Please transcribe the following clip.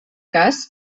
cas